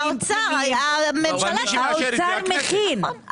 האוצר מכין,